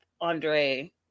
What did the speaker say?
Andre